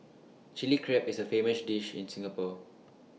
Chilli Crab is A famous dish in Singapore